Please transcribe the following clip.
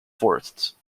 forests